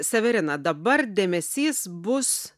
severina dabar dėmesys bus